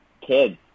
kids